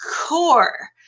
core